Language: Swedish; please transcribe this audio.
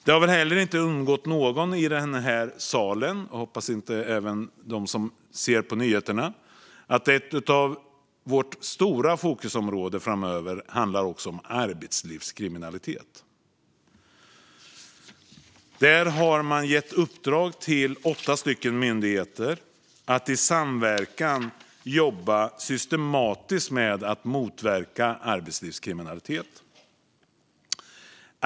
Det har väl heller inte undgått någon i den här salen, och jag hoppas att det även gäller dem som ser på nyheterna, att ett av våra stora fokusområden framöver handlar om arbetslivskriminalitet. Där har man gett uppdrag till åtta myndigheter att i samverkan jobba systematiskt med att motverka arbetslivskriminalitet.